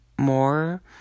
More